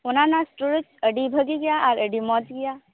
ᱚᱱᱟᱱᱟ storage ᱟᱹᱰᱤ ᱵᱷᱟᱹᱜᱮ ᱜᱮᱭᱟ ᱟᱨ ᱟᱹᱰᱤ ᱢᱚᱡᱽ ᱜᱮᱭᱟ